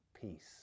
peace